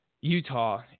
Utah